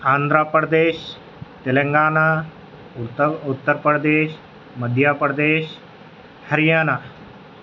Andhra Pradesh Telangana Uttar Pradesh Madhya Pradesh Haryana